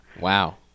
Wow